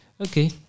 okay